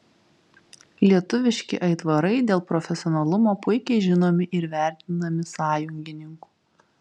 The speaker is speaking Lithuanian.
lietuviški aitvarai dėl profesionalumo puikiai žinomi ir vertinami sąjungininkų